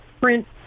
print